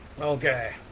okay